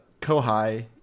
Kohai